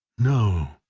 no.